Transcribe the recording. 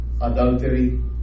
adultery